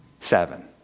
seven